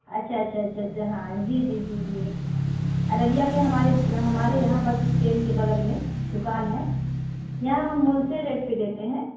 اچھا اچھا اچھا اچھا ہاں جی جی جی جی ارریا میں ہمارے ہمارے یہاں بس اسٹینڈ کے بگل میں دکان ہے یہاں ہم ہول سیل ریٹ پہ دیتے ہیں